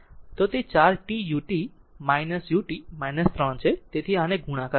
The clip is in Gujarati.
તો તે 4 t ut ut 3 છે તેથી આને ગુણાકાર કરો